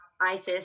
ISIS